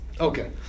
Okay